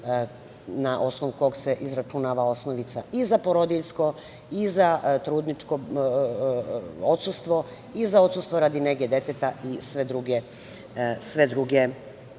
na osnovu kog se izračunava osnovica i za porodiljsko i za trudničko odsustvo i za odsustvo radi nege deteta i sve druge